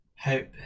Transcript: hope